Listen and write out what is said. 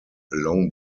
long